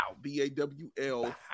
B-A-W-L